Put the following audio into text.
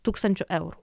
tūkstančio eurų